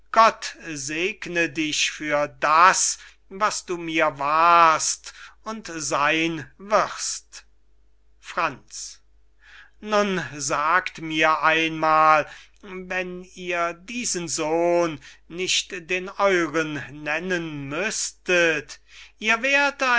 gott segne dich für das was du mir warst und seyn wirst franz nun sagt mir einmal wenn ihr diesen sohn nicht den euren nennen müßtet ihr wär't